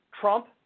Trump